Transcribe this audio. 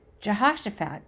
Jehoshaphat